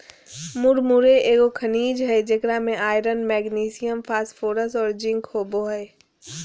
मुरमुरे एगो खनिज हइ जेकरा में आयरन, मैग्नीशियम, फास्फोरस और जिंक होबो हइ